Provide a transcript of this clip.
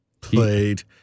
played